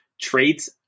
traits